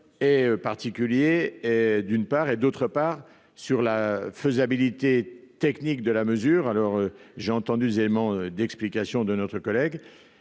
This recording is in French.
et particuliers, d'une part et d'autre part sur la faisabilité technique de la mesure, alors j'ai entendu Zeman d'explication de notre collègue,